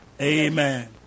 Amen